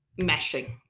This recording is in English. meshing